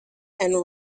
and